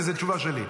כי זו תשובה שלי.